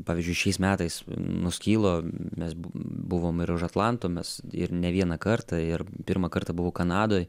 pavyzdžiui šiais metais nuskilo mes bu buvom ir už atlanto mes ir ne vieną kartą ir pirmą kartą buvau kanadoj